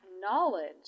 knowledge